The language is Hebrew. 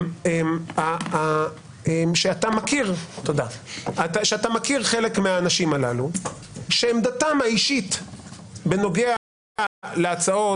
שאתה מכיר חלק מהאנשים הללו שעמדתם האישית בנוגע להצעות,